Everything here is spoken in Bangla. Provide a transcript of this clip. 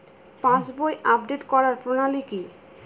পাসবই আপডেট করার প্রণালী কি?